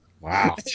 Wow